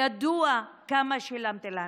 ידוע כמה שילמתם להן,